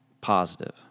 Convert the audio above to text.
positive